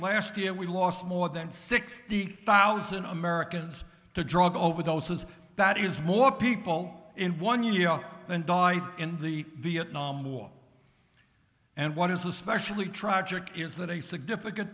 last year we lost more than sixty eight thousand americans to drug overdoses that is more people in one year than died in the vietnam war and what is especially tragic is that a significant